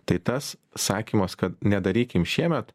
tai tas sakymas kad nedarykim šiemet